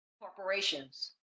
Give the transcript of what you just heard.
corporations